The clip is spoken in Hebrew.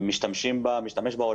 אבל הנתונים האלה הם לא רלוונטיים כאשר